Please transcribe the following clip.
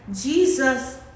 Jesus